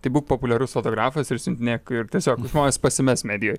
tai būk populiarus fotografas ir siuntinėk ir tiesiog žmonės pasimes medijoj